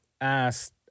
asked